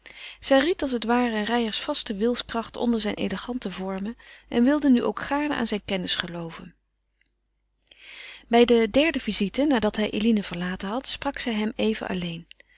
zij ried als het ware reijers vaste wilskracht onder zijne elegante vormen en wilde nu ook gaarne aan zijn kennis gelooven bij de derde visite nadat hij eline verlaten had sprak zij hem even alleen